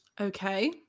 Okay